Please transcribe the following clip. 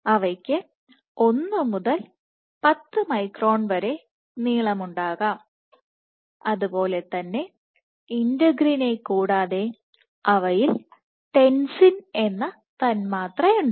അവയ്ക്ക് 1 മുതൽ 10 മൈക്രോൺ വരെ നീളമുണ്ടാകാം അതുപോലെതന്നെ ഇന്റഗ്രിനെക്കൂടാതെ അവയിൽ ടെൻസിൻ എന്ന തന്മാത്രയുണ്ട്